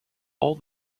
all